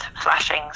flashing